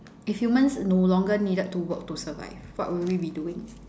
if humans no longer needed to work to survive what will we be doing